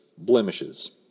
Blemishes